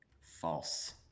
False